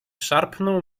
szarpnął